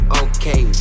okay